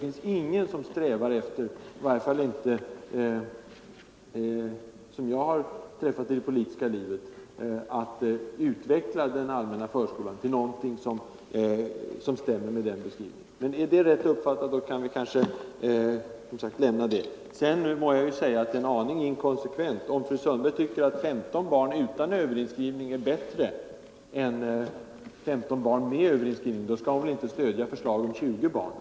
I varje fall har jag inte träffat någon i det politiska arbetet, som strävar efter att utveckla den allmänna förskolan till någonting som stämmer med den beskrivningen. Om detta är rätt uppfattat, kanske vi kan lämna den frågan. Sedan må jag säga, att jag tycker fru Sundberg är en aning inkonsekvent. Om hon anser att 15 barn utan överinskrivning är bättre än 15 barn med överinskrivning, skall hon väl inte stödja förslaget om 20 barn.